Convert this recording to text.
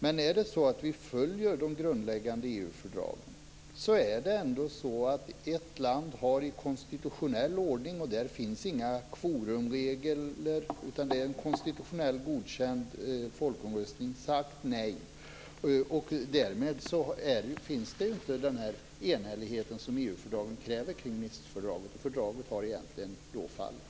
Men om det har hållits en folkomröstning i konstitutionell ordning - och där finns det inga forumregler - och folket har sagt nej finns inte den enhällighet kring Nicefördraget som de grundläggande EU-fördragen kräver. Därmed har fördraget fallit.